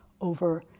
over